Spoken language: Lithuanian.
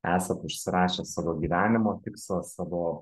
esat užsirašęs savo gyvenimo tikslą savo